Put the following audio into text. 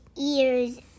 ears